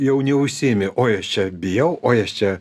jau neužsiimi oi aš čia bijau oi aš čia